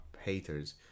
haters